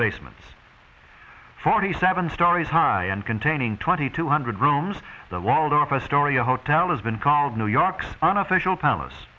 basements forty seven storeys high and containing twenty two hundred rooms the waldorf astoria hotel has been called new york's unofficial palace